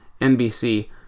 NBC